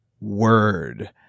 Word